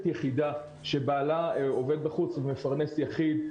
יחידה שבעלה עובד בחוץ והוא מפרנס יחיד,